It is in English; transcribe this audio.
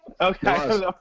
Okay